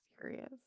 Serious